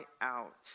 out